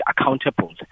accountable